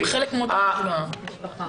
למשפחה.